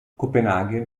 copenaghen